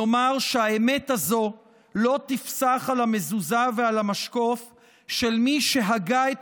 נאמר שהאמת הזו לא תפסח על המזוזה ועל המשקוף של מי שהגה את